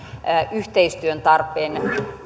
yhteistyön tarpeen